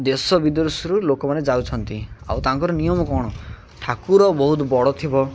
ଦେଶ ବିଦେଶରୁ ଲୋକମାନେ ଯାଉଛନ୍ତି ଆଉ ତାଙ୍କର ନିୟମ କ'ଣ ଠାକୁର ବହୁତ ବଡ଼ ଥିବ